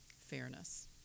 fairness